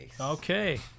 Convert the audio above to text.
okay